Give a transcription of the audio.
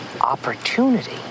Opportunity